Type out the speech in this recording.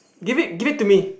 give it give it to me